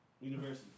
University